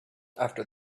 after